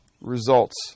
results